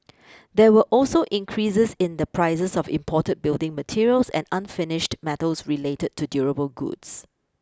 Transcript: there were also increases in the prices of imported building materials and unfinished metals related to durable goods